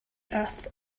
earth